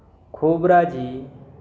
खोब्राजी